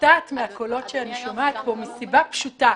מופתעת מהקולות שאני שומעת פה, מסיבה פשוטה.